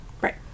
Right